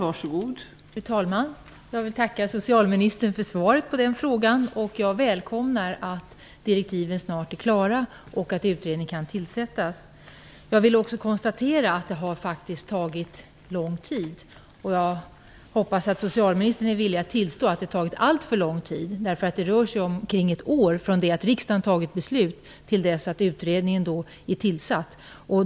Fru talman! Jag vill tacka socialministern för svaret på min fråga. Jag välkomnar att direktiven snart är klara och att utredningen kan tillsättas. Jag kan också konstatera att det hela har tagit lång tid. Jag hoppas att socialministern är villig att tillstå att det har tagit alltför lång tid. Det rör sig omkring ett år från det att riksdagen fattade sitt beslut till dess att utredningen är tillsatt.